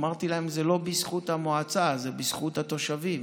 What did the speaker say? אמרתי להם: זה לא בזכות המועצה, זה בזכות התושבים.